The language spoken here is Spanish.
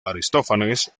aristófanes